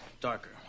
darker